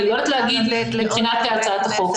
אני לא יודעת להגיד מבחינת הצעת החוק.